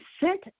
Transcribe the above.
sent